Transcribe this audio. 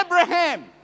Abraham